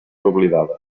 oblidades